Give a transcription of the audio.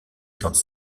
dans